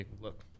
look